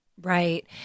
right